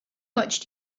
much